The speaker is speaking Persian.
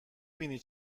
بینی